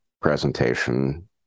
presentation